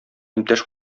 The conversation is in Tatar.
иптәш